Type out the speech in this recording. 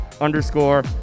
underscore